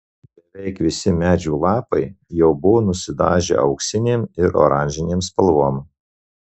beveik visi medžių lapai jau buvo nusidažę auksinėm ir oranžinėm spalvom